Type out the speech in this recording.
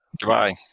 Goodbye